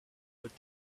would